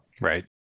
Right